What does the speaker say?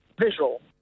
visual